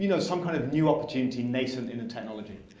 you know some kind of new opportunity nay sent in technology.